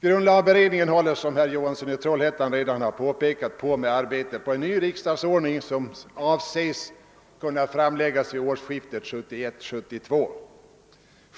Grundlagberedningen håller, som herr Johansson i Trollhättan redan anfört, på med arbetet på en ny riksdagsordning, varom förslag avses kunna framläggas vid årsskiftet 1971—1972.